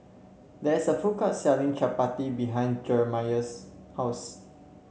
there is a food court selling Chapati behind Jeremey's house